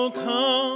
come